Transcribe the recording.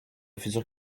future